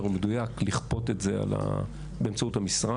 שאני אומר הוא מדויק לכפות את זה באמצעות המשרד,